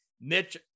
Mitch